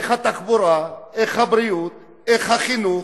איך התחבורה, איך הבריאות, איך החינוך,